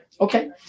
Okay